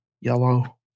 Yellow